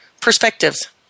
perspectives